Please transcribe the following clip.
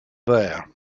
there